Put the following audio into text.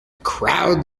crowd